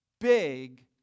big